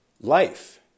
life